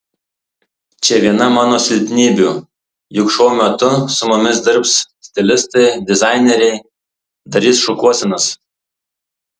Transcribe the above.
čia viena mano silpnybių juk šou metu su mumis dirbs stilistai dizaineriai darys šukuosenas